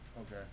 Okay